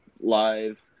live